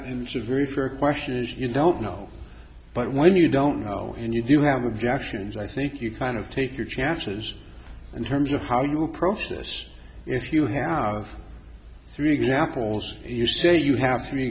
and it's a very fair question as you don't know but when you don't know and you do have objections i think you kind of take your chances and terms of how you approach this if you have three examples you say you have three